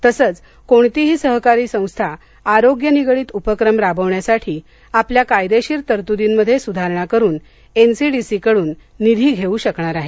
तसंच कोणतीही सहकारी संस्था आरोग्य निगडित उपक्रम राबवण्यासाठी आपल्या कायदेशीर तरत्दींमध्ये सुधारणा करून एनसीडीसीकडून निधी घेवू शकणार आहे